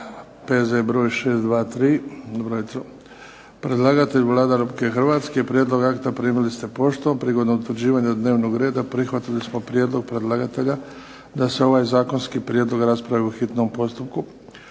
P.Z. br. 623. Predlagatelj Vlada Republike Hrvatske. Prijedlog akta primili ste poštom. Prigodom utvrđivanja dnevnog reda prihvatili smo prijedlog predlagatelja da se ovaj zakonski prijedlog raspravi u hitnom postupku.